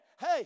Hey